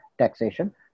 taxation